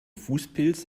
fußpilz